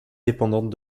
dépendantes